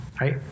right